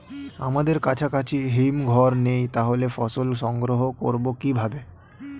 আমাদের কাছাকাছি হিমঘর নেই তাহলে ফসল সংগ্রহ করবো কিভাবে?